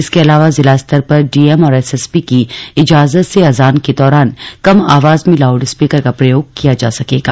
इसके अलावा जिला स्तर पर डीएम और एसएसपी की इजाजत से अजान के दौरान कम आवाज में लाउड स्पीकर का प्रयोग किया जा सकेगा